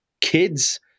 kids